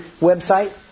website